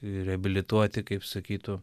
reabilituoti kaip sakytų